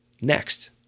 Next